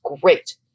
great